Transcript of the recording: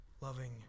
loving